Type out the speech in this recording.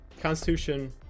constitution